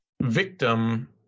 victim